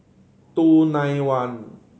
two nine one